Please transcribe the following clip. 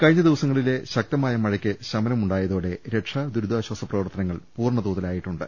കഴിഞ്ഞ ദിവസ ങ്ങളിലെ ശക്തമായ മഴയ്ക്ക് ശമനമുണ്ടായതോടെ രക്ഷാ ദുരിതാശ്വാസ പ്രവർത്തനങ്ങൾ പൂർണതോതിലാ യിട്ടുണ്ട്